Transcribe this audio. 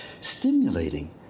stimulating